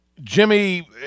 Jimmy